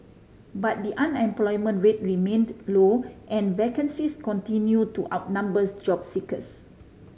but the unemployment rate remained low and vacancies continued to outnumbers job seekers